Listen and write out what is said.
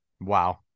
Wow